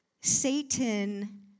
Satan